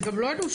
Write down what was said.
זה גם לא אנושי.